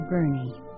Bernie